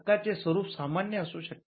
हक्कांचे स्वरूप सामान्य असू शकते